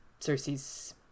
Cersei's